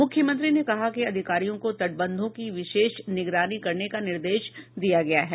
मुख्यमंत्री ने कहा कि अधिकारियों को तटबंधों की विशेष निगरानी करने का निर्देश दिया गया है